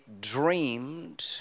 dreamed